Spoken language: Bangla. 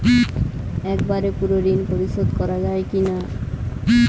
একবারে পুরো ঋণ পরিশোধ করা যায় কি না?